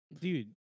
dude